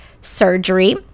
surgery